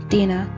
Dina